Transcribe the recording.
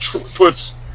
puts